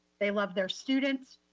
they love their students,